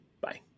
Bye